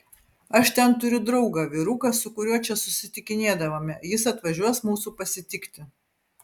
aš ten turiu draugą vyruką su kuriuo čia susitikinėdavome jis atvažiuos mūsų pasitikti